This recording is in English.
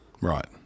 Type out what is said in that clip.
Right